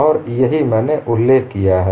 और यही मैंने उल्लेख किया है